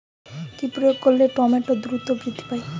কি প্রয়োগ করলে টমেটো দ্রুত বৃদ্ধি পায়?